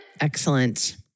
Excellent